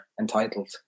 entitled